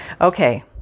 Okay